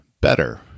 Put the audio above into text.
better